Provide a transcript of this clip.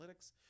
Analytics